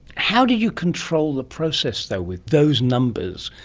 how do you control the process though with those numbers,